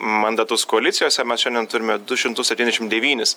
mandatus koalicijose mes šiandien turime du šimtus septyniasdešimt devynis